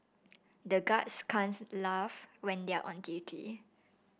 the guards can't laugh when they are on duty